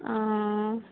ও